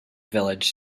village